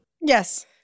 Yes